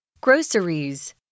Groceries